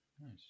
nice